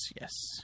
Yes